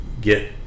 get